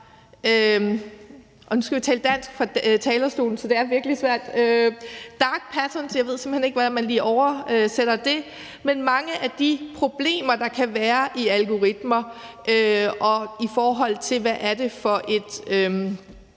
og nu skal vi tale dansk fra talerstolen, så det er virkelig svært, og jeg ved simpelt hen ikke lige, hvordan man oversætter det – dark patterns, altså mange af de problemer, der kan være i algoritmer, og i forhold til hvad det er for et